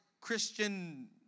Christian